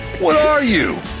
what are you,